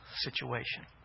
situation